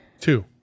Two